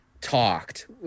talked